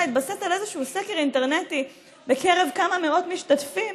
התבסס על איזשהו סקר אינטרנטי בקרב כמה מאות משתתפים